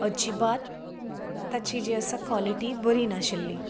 अजिबात ताची जी आसा क्वॉलिटी बरीं नाशिल्ली